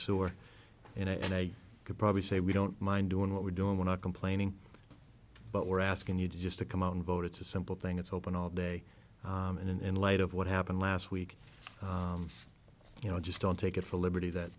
sewer and and i could probably say we don't mind doing what we're doing we're not complaining but we're asking you just to come out and vote it's a simple thing it's open all day and in light of what happened last week you know just don't take it for liberty that